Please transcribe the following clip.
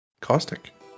caustic